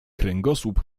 kręgosłup